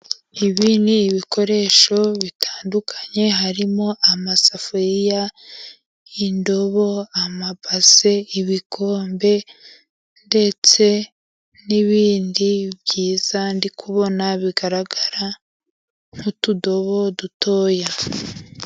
Ibi n'ibikoresho bitandukanye harimo amasafuriya, indobo, amabase, ibikombe ndetse n'ibindi byiza ndi kubona bigaragara nk'utudobo dutoya.